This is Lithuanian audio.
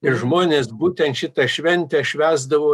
ir žmonės būtent šitą šventę švęsdavo